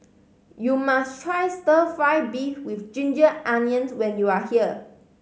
you must try Stir Fry beef with ginger onions when you are here